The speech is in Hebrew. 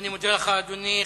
אני מודה לך, אדוני.